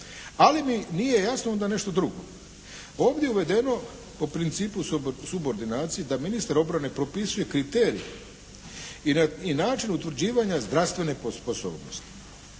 Ali mi nije jasno onda nešto drugo. Ovdje je uvedeno po principu subordinacije da ministar obrane propisuje kriterije i način utvrđivanja zdravstvene sposobnosti